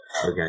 okay